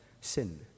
sin